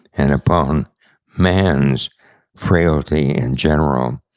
and upon man's frailty in general,